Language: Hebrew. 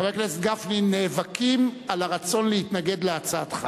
חבר הכנסת גפני, נאבקים על הרצון להתנגד להצעתך.